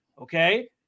Okay